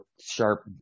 sharp